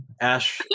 Ash